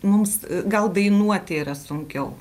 mums gal dainuoti yra sunkiau